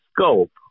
scope